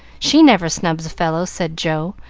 she never snubs a fellow, said joe,